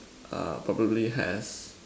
err probably has